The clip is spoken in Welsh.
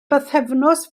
bythefnos